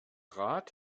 rat